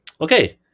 okay